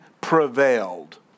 prevailed